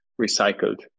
recycled